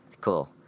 Cool